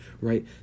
right